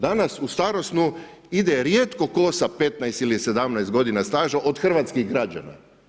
Danas u starosnu ide rijetko tko sa 15 ili 17 godina staža od hrvatskih građana.